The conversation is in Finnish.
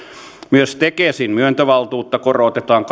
myös tekesin myöntövaltuutta korotetaan